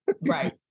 Right